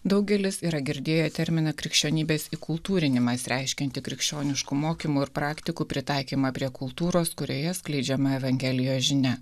daugelis yra girdėję terminą krikščionybės įkultūrinimas reiškiantį krikščioniškų mokymų ir praktikų pritaikymą prie kultūros kurioje skleidžiama evangelijos žinia